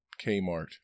Kmart